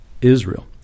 Israel